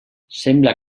sembla